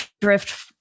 drift